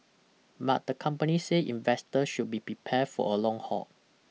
but the company said investor should be prepared for a long haul